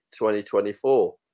2024